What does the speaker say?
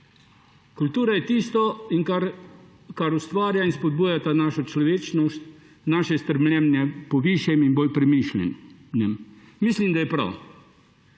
Kultura je tisto, kar ustvarja in spodbuja našo človečnost, naše stremljenje po višjem in bolj premišljenem. Mislim, da je prav,